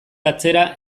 atzera